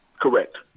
correct